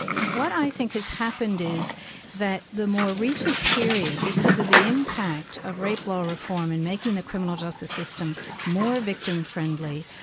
what i think has happened is that the more recent period, because of the impact of rape law reform and making the criminal justice system more victim friendly,